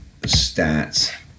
stats